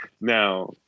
now